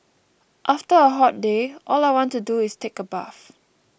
after a hot day all I want to do is take a bath